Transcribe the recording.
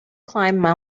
climb